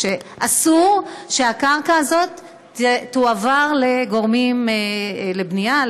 אסור שהקרקע הזאת תועבר לגורמים לבנייה,